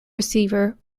receiver